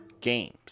games